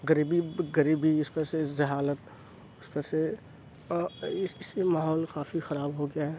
غریبی ب غریبی اس پر سے جہالت اس پر سے اس اس ان ماحول کافی خراب ہو گیا ہے